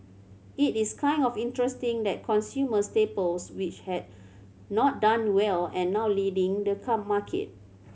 it is kind of interesting that consumer staples which had not done well and now leading the come market